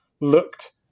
looked